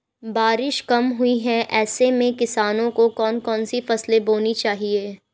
बारिश कम हुई है ऐसे में किसानों को कौन कौन सी फसलें बोनी चाहिए?